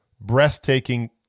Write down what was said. breathtaking